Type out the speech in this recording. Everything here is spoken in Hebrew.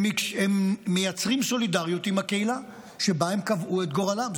הם מייצרים סולידריות עם הקהילה שבה הם קבעו את גורלם.